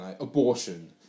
abortion